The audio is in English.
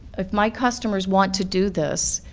if my customers want to do this,